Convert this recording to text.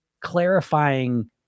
clarifying